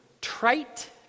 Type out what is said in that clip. trite